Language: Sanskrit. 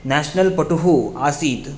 नेषनल् पटुः आसीत्